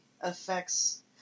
affects